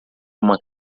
uma